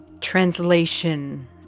translation